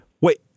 wait